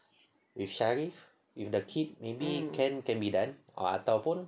with sharif if the kid maybe can can be done ataupun